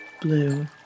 blue